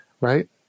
Right